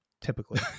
typically